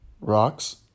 Rocks